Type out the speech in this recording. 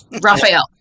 Raphael